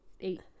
eight